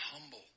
humble